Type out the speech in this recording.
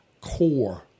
core